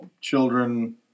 children